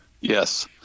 yes